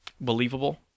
believable